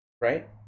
Right